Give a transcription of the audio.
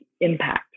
impact